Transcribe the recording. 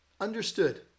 understood